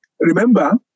Remember